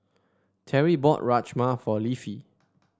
Teri bought Rajma for Leafy